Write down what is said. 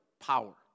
power